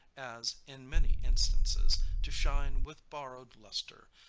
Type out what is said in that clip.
as, in many instances, to shine with borrowed lustre,